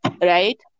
right